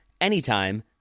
anytime